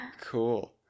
Cool